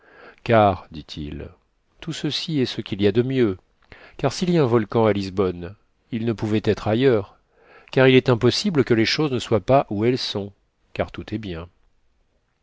car dit-il tout ceci est ce qu'il y a de mieux car s'il y a un volcan à lisbonne il ne pouvait être ailleurs car il est impossible que les choses ne soient pas où elles sont car tout est bien